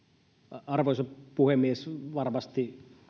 arvoisa puhemies varmasti